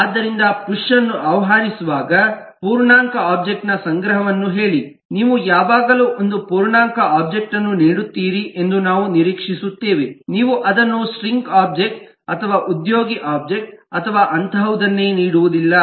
ಆದ್ದರಿಂದ ಪುಶ್ ಅನ್ನು ಆಹ್ವಾನಿಸುವಾಗ ಪೂರ್ಣಾಂಕ ಒಬ್ಜೆಕ್ಟ್ ನ ಸಂಗ್ರಹವನ್ನು ಹೇಳಿ ನೀವು ಯಾವಾಗಲೂ ಒಂದು ಪೂರ್ಣಾಂಕ ಒಬ್ಜೆಕ್ಟ್ ಅನ್ನು ನೀಡುತ್ತೀರಿ ಎಂದು ನಾವು ನಿರೀಕ್ಷಿಸುತ್ತೇವೆ ನೀವು ಅದನ್ನು ಸ್ಟ್ರಿಂಗ್ ಒಬ್ಜೆಕ್ಟ್ ಅಥವಾ ಉದ್ಯೋಗಿ ಒಬ್ಜೆಕ್ಟ್ ಅಥವಾ ಅಂತಹದನ್ನು ನೀಡುವುದಿಲ್ಲ